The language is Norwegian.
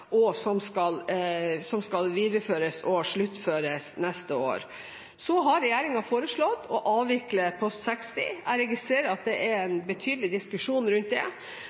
og som skal videreføres og sluttføres neste år. Regjeringen har foreslått å avvikle post 60. Jeg registrerer at det er en betydelig diskusjon rundt det,